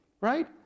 right